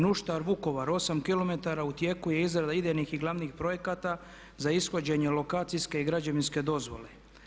Nuštar-Vukovar 8 km u tijeku je izrada idejnih i glavnih projekata za ishođenje lokacijske i građevinske dozvole.